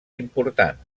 important